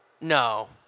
No